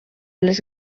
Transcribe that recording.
les